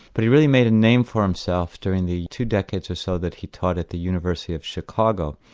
but he really made a name for himself during the two decades or so that he taught at the university of chicago.